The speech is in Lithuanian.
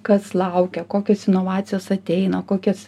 kas laukia kokios inovacijos ateina kokias